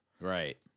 Right